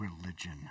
religion